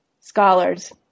scholars